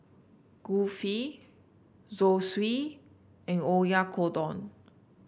Kulfi Zosui and Oyakodon